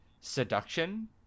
seduction